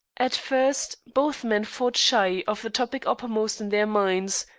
at first both men fought shy of the topic uppermost in their minds,